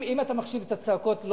אם אתה מחשיב את הצעקות,